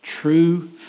True